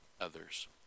others